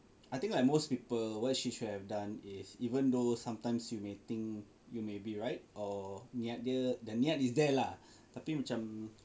I think like most people what she should have done is even though sometimes you may think you may be right or niat dia the niat is there lah tapi macam